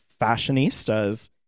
fashionistas